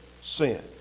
sin